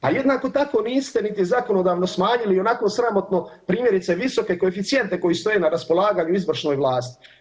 Pa jednako tako niste niti zakonodavno smanjili ionako sramotno primjerice visoke koeficijente koji stoje na raspolaganju izvršnoj vlasti.